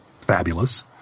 fabulous